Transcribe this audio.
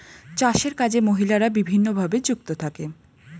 চাষের কাজে মহিলারা বিভিন্নভাবে যুক্ত থাকে